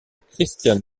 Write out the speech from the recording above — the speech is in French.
christian